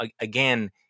again